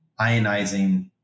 ionizing